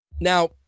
Now